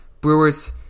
Brewers